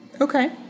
Okay